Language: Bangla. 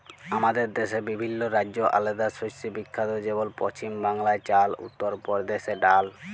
আমাদের দ্যাশে বিভিল্ল্য রাজ্য আলেদা শস্যে বিখ্যাত যেমল পছিম বাংলায় চাল, উত্তর পরদেশে ডাল